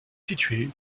situé